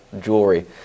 Jewelry